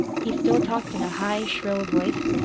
he still talked in a high, shrill voice,